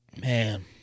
Man